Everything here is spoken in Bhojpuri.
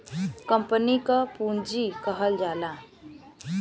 कंपनी क पुँजी कहल जाला